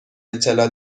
اطلاع